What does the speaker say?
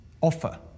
offer